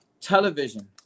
Television